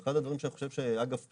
אחד הדברים שאני חושב שאגב פריון,